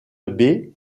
baie